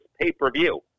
pay-per-view